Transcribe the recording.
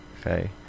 Okay